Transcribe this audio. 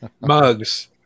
mugs